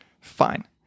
Fine